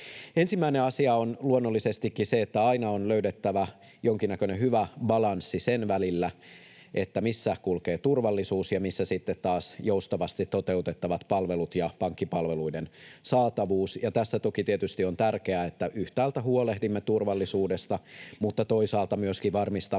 Ensimmäinen asia on luonnollisestikin se, että aina on löydettävä jonkinnäköinen hyvä balanssi sen välillä, missä kulkee turvallisuus ja missä sitten taas joustavasti toteutettavat palvelut ja pankkipalveluiden saatavuus. Tässä toki tietysti on tärkeää, että yhtäältä huolehdimme turvallisuudesta mutta toisaalta myöskin varmistamme,